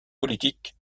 politique